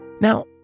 Now